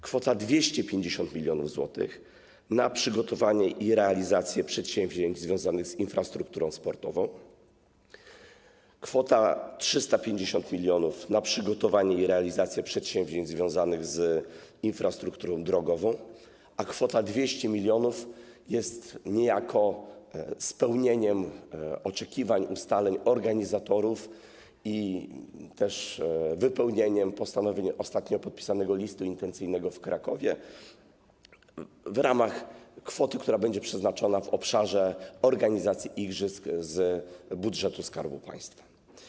Kwota 250 mln zł na przygotowanie i realizację przedsięwzięć związanych z infrastrukturą sportową, kwota 350 mln na przygotowanie i realizację przedsięwzięć związanych z infrastrukturą drogową, a kwota 200 mln jest niejako spełnieniem oczekiwań, ustaleń organizatorów i też wypełnieniem postanowień ostatnio podpisanego listu intencyjnego w Krakowie w ramach kwoty, która będzie przeznaczona na organizację igrzysk z budżetu Skarbu Państwa.